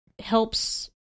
helps